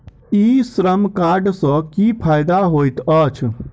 ई श्रम कार्ड सँ की फायदा होइत अछि?